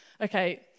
Okay